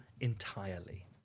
entirely